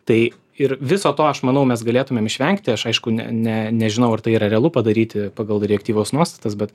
tai ir viso to aš manau mes galėtumėm išvengti aš aišku ne ne nežinau ar tai yra realu padaryti pagal direktyvos nuostatas bet